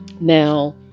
Now